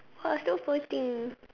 !wah! so poor thing